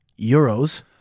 euros